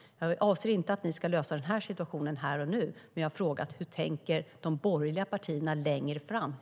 Jag menar inte att ni ska lösa den här situationen här och nu, men jag har frågat: Hur tänker de borgerliga partierna längre fram?